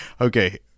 Okay